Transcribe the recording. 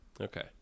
Okay